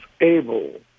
able